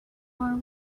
more